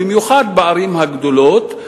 במיוחד בערים הגדולות,